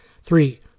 Three